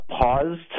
paused